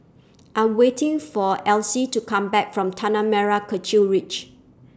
I'm waiting For Else to Come Back from Tanah Merah Kechil Ridge